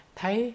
Thấy